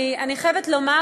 אני חייבת לומר,